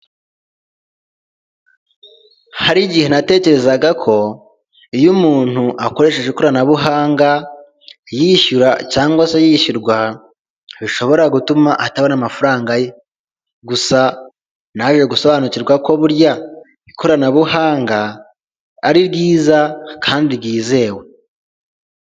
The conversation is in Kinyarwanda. Hari igihe natekerezaga ko iyo umuntu akoresheje ikoranabuhanga yishyura cyangwa se yishyurwa bishobora gutuma atabona amafaranga ye, gusa naje gusobanukirwa ko burya ikoranabuhanga ari ryiza kandi ryizewe.